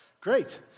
Great